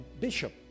bishop